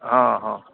हँ हँ